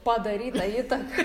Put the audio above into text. padaryta įtaka